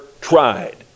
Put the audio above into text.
tried